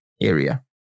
area